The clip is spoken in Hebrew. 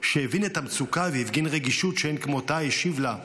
שהבין את המצוקה והפגין רגישות שאין כמותה השיב לה: